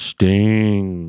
Sting